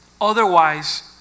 otherwise